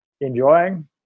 enjoying